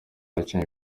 abakinnyi